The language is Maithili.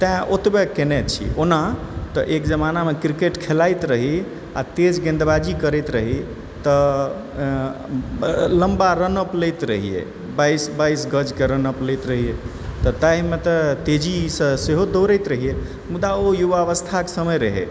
तैँ ओतबे कयने छी ओना तऽ एक जमानामे क्रिकेट खेलाइत रही आओर तेज गेन्दबाजी करैत रही तऽ लम्बा रनअप लैत रहियै बाइस बाइस गजकेँ रनअप लैत रहियै तऽ ताहिमे तऽ तेजीसँ सेहो दौड़ति रहियै मुदा ओ युवावस्थाके समय रहै